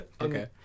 Okay